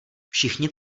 všichni